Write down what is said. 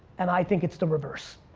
and i think it's the reverse.